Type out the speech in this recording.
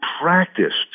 practiced